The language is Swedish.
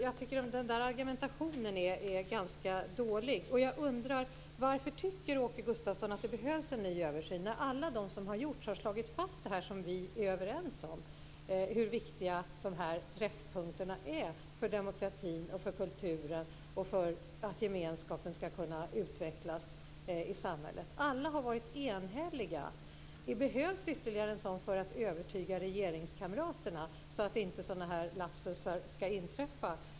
Jag tycker att den argumentationen är ganska dålig. Jag undrar: Varför tycker Åke Gustavsson att det behövs en ny översyn, när alla som har gjorts har slagit fast det som vi är överens om, dvs. hur viktiga de här träffpunkterna är för demokratin, för kulturen och för att gemenskapen ska kunna utvecklas i samhället? Alla har varit enhälliga. Det behövs ytterligare en sådan för att övertyga regeringskamraterna, så att sådana här lapsusar inte ska inträffa.